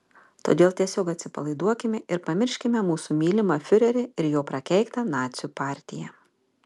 todėl tiesiog atsipalaiduokime ir pamirškime mūsų mylimą fiurerį ir jo prakeiktą nacių partiją